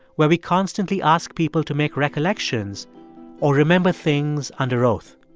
where we constantly ask people to make recollections or remember things under oath.